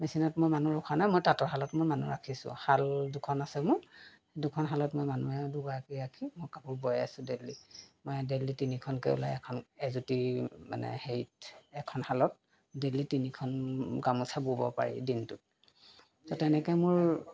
মেচিনত মই মানুহ ৰখা নাই মই তাঁতৰ শালত মই মানুহ ৰাখিছোঁ শাল দুখন আছে মোৰ দুখন শালত মই মানুহ দুগৰাকী ৰাখি মই কাপোৰ বয় আছোঁ ডেইলি মই ডেইলি তিনিখনকৈ ওলাই এখন এজুঁটী মানে হেৰিত এখন শালত ডেইলি তিনিখন গামোচা বব পাৰি দিনটোত ত' তেনেকৈ মোৰ